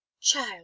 Child